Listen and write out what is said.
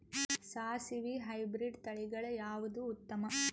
ಸಾಸಿವಿ ಹೈಬ್ರಿಡ್ ತಳಿಗಳ ಯಾವದು ಉತ್ತಮ?